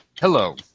hello